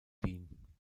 wien